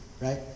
right